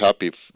happy